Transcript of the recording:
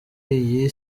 iyi